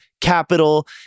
capital